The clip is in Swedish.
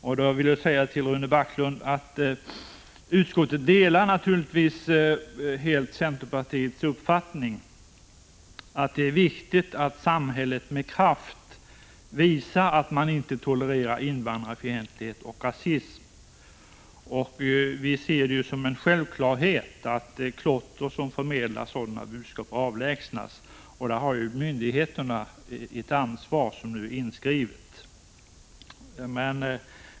Jag vill säga till Rune Backlund att utskottet naturligtvis helt delar centerpartiets uppfattning att det är viktigt att samhället med kraft visar att man inte tolererar invandrarfientlighet och rasism. Vi ser det som en självklarhet att klotter som förmedlar sådana budskap avlägsnas. Därvidlag har myndigheterna ett ansvar, som numera är inskrivet i förordningen om åtgärder för invandrare m.fl.